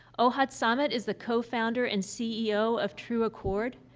ohad samet is the co-founder and ceo of trueaccord.